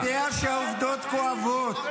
אני יודע שהעובדות כואבות,